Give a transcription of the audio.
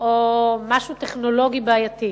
או משהו טכנולוגי בעייתי.